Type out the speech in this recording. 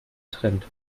trend